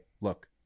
look